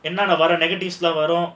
and none of other negatives lah வரும்:varum